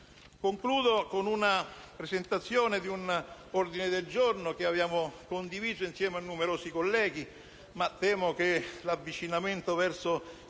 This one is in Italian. Anticipo la presentazione di un ordine del giorno che avevamo condiviso insieme a numerosi colleghi (ma temo che l'avvicinamento verso il